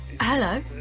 Hello